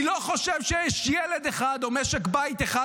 אני לא חושב שיש ילד אחד או משק בית אחד